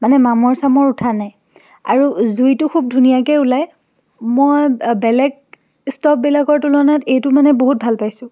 মানে মামৰ চামৰ উঠা নাই আৰু জুইটো খুব ধুনীয়াকৈ ওলায় মই বেলেগে ষ্টোভবিলাকৰ তুলনাত এইটো মানে বহুত ভাল পাইছোঁ